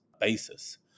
basis